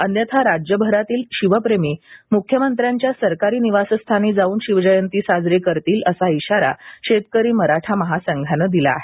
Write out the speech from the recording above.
अन्यथा राज्यभरातील शिवप्रेमी मुख्यमंत्र्यांच्या सरकारी निवासस्थानी जाऊन शिवजयंती साजरी करतील असा इशारा शेतकरी मराठा महासंघाने दिला आहे